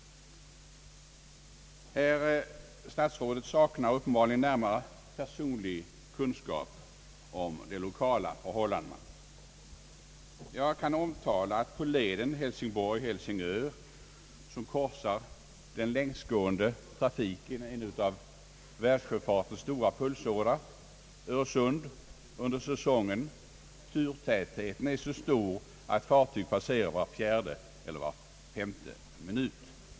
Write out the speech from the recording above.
Herr statsrådet saknar uppenbarligen närmare personliga kunskaper om de lokala förhållandena. Jag vill omtala att på leden Hälsingborg—Helsingör, som korsar den längsgående trafiken genom Öresund — en av världssjöfartens stora pulsådror — turtätheten under säsongen är så stor att fartyg passerar var fjärde eller var femte minut.